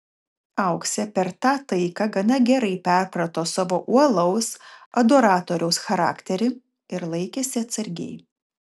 auksė per tą taiką gana gerai perprato savo uolaus adoratoriaus charakterį ir laikėsi atsargiai